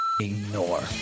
Ignore